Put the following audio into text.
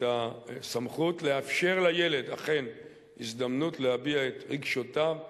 את הסמכות לאפשר לילד אכן הזדמנות להביע את רגשותיו,